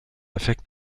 effekt